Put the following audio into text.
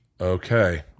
Okay